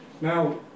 Now